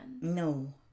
no